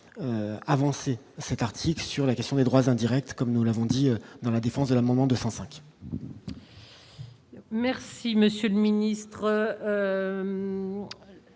avancer cet article sur la question des droits indirects, comme nous l'avons dit dans la défense de l'amendement 205. Merci monsieur le ministre,